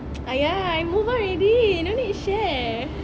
!aiya! I move on already don't need share